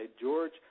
George